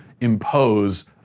impose